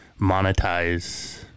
monetize